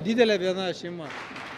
didelė viena šeima